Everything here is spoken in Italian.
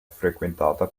frequentata